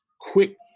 quick